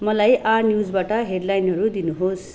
मलाई आर न्युजबाट हेडलाइनहरू दिनुहोस्